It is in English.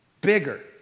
bigger